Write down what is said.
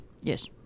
Yes